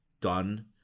done